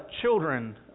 children